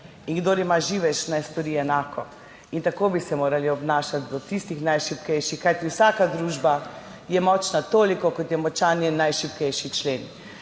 in kdor ima živež, naj stori enako. Tako bi se morali obnašati do tistih najšibkejših, kajti vsaka družba je močna toliko, kot je močan njen najšibkejši člen.